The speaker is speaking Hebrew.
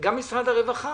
גם משרד הרווחה.